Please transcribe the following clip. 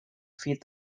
feed